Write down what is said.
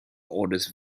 orders